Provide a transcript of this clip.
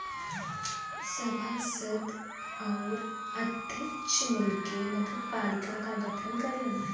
सभासद आउर अध्यक्ष मिलके नगरपालिका क गठन करलन